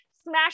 smash